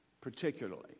particularly